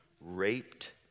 raped